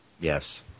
Yes